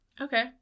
Okay